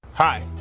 Hi